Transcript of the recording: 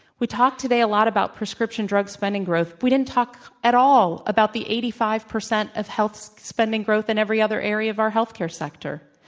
we talked today a lot about prescription drug spending growth. we didn't talk at all about the eighty five percent of health spending growth in every other area of our health care sector.